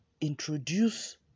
introduce